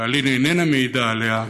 ואלי"ן איננה מעידה עליה,